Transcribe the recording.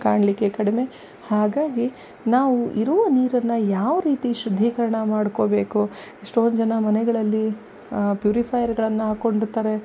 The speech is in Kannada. ಕಾಣಲಿಕ್ಕೆ ಕಡಿಮೆ ಹಾಗಾಗಿ ನಾವು ಇರುವ ನೀರನ್ನು ಯಾವ ರೀತಿ ಶುದ್ಧೀಕರಣ ಮಾಡಿಕೋಬೇಕು ಎಷ್ಟೊಂದು ಜನ ಮನೆಗಳಲ್ಲಿ ಪ್ಯೂರಿಫೈಯರ್ಗಳನ್ನು ಹಾಕೊಂಡಿರ್ತರೆ